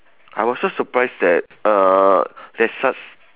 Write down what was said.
I also surprise that uh there's such